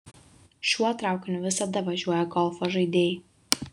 šiuo traukiniu visada važiuoja golfo žaidėjai